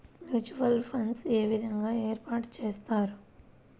Mutual funds ఏ విధంగా ఏర్పాటు చేస్తారు?